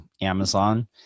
Amazon